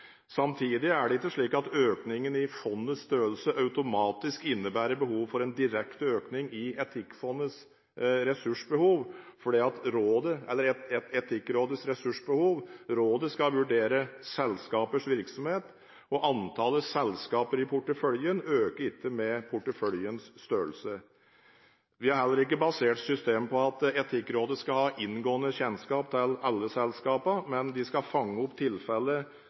Samtidig er det ikke slik at økningen i fondets størrelse automatisk innebærer behov for en direkte økning i Etikkfondets ressursbehov. Rådet skal vurdere selskapers virksomhet, og antallet selskaper i porteføljen øker ikke med porteføljens størrelse. Vi har heller ikke basert systemet på at Etikkrådet skal ha inngående kjennskap til alle selskapene, men de skal fange opp tilfeller